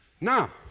Now